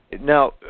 now